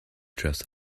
dress